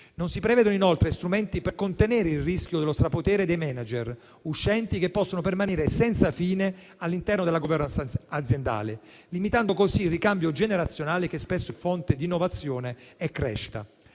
Non si prevedono inoltre strumenti per contenere il rischio dello strapotere dei *manager* uscenti che possono permanere senza fine all'interno della *governance* aziendale, limitando così il ricambio generazionale, che spesso è fonte di innovazione e crescita.